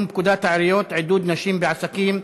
פקודת העיריות (עידוד נשים בעסקים).